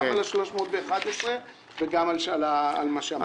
גם על ה-311 וגם על מה שאמרתי.